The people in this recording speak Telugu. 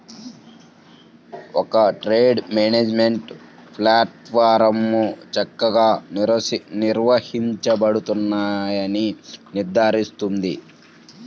ఒక ట్రేడ్ మేనేజ్మెంట్ ప్లాట్ఫారమ్లో చక్కగా నిర్వహించబడతాయని నిర్ధారిస్తుంది